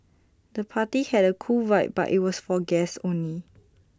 the party had A cool vibe but IT was for guests only